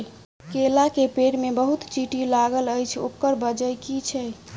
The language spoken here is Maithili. केला केँ पेड़ मे बहुत चींटी लागल अछि, ओकर बजय की छै?